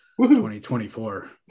2024